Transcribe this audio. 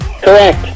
Correct